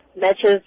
matches